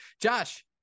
Josh